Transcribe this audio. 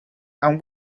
and